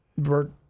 Bert